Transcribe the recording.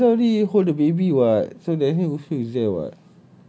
ya but rizal already hold the baby [what] so that means ushu is there [what]